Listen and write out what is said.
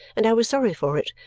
and i was sorry for it,